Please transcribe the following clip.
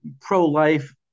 pro-life